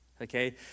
Okay